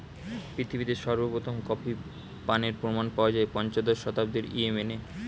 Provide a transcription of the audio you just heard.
পৃথিবীতে সর্বপ্রথম কফি পানের প্রমাণ পাওয়া যায় পঞ্চদশ শতাব্দীর ইয়েমেনে